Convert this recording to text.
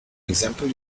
example